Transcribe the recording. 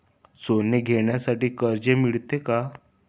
सोने घेण्यासाठी कर्ज मिळते का?